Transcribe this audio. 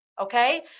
Okay